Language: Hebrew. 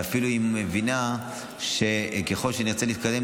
ואפילו היא מבינה שככל שנרצה להתקדם,